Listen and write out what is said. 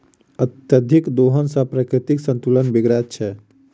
अत्यधिक दोहन सॅ प्राकृतिक संतुलन बिगड़ैत छै